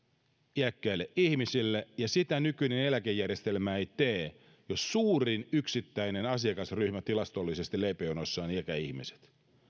iäkkäille ihmisille ja sitä nykyinen eläkejärjestelmä ei tee jos tilastollisesti suurin yksittäinen asiakasryhmä leipäjonoissa on ikäihmiset